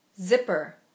Zipper